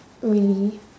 really